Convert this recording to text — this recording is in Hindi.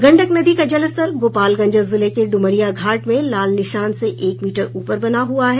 गंडक नदी का जलस्तर गोपालगंज जिले के ड्मरिया घाट में लाल निशान से एक मीटर ऊपर बना हुआ है